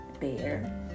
bear